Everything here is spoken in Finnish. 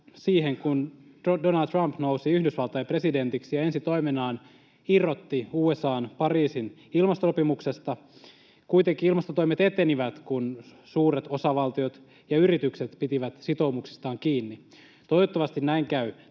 kun Donald Trump nousi Yhdysvaltain presidentiksi ja ensi toimenaan irrotti USA:n Pariisin ilmastosopimuksesta. Kuitenkin ilmastotoimet etenivät, kun suuret osavaltiot ja yritykset pitivät sitoumuksistaan kiinni. Toivottavasti näin käy